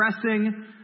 pressing